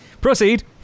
proceed